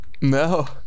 No